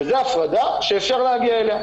וזו הפרדה שאפשר להגיע אליה.